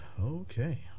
Okay